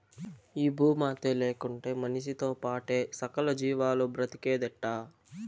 ఈ భూమాతే లేకుంటే మనిసితో పాటే సకల జీవాలు బ్రతికేదెట్టా